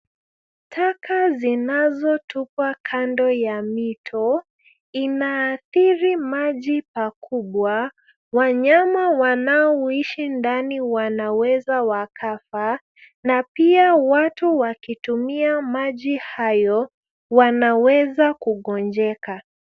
Taka zinazotupwa kando ya mito, inaathiri maji pakubwa, wanyama wanaoishi ndani wanaweza wakafa na pia watu wakitumia maji hayo wanaweza kugonjeka.